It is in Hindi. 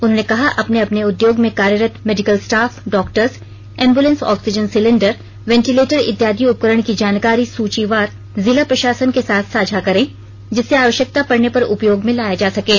उन्होंने कहा अपने अपने उद्योग में कार्यरत medical staff doctors ambulance oxygen cylinder ventilator इत्यादि उपकरण की जानकारी सूचीवार जिला प्रशासन के साथ साझा करें जिससे अवश्यकता पड़ने पर उपयोग में लाया जा सकें